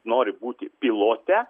nori būti pilote